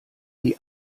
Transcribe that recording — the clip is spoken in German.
die